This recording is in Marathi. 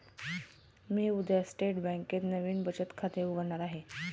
मी उद्या स्टेट बँकेत नवीन बचत खाते उघडणार आहे